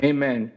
Amen